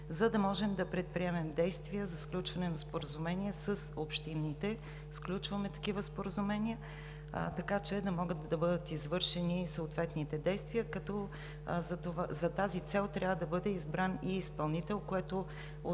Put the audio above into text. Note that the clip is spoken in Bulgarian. за да можем да предприемем действия за сключване на споразумение с общините, сключваме такива споразумения, така че да могат да бъдат извършени и съответните действия, като за тази цел трябва да бъде избран и изпълнител, което отнема